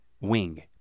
wing